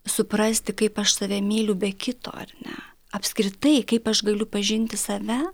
suprasti kaip aš save myliu be kito ar ne apskritai kaip aš galiu pažinti save